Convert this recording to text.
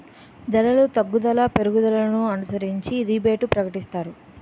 ధరలు తగ్గుదల పెరుగుదలను అనుసరించి రిబేటు ప్రకటిస్తారు